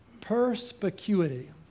Perspicuity